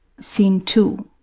scene two.